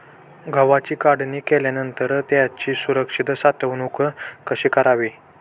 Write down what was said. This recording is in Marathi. गव्हाची काढणी केल्यानंतर त्याची सुरक्षित साठवणूक कशी करावी?